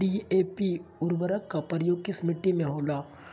DAP उर्वरक का प्रयोग किस मिट्टी में होला?